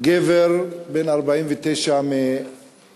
גבר בן 49 מעזה,